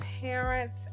parents